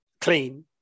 clean